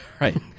right